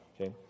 okay